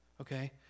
Okay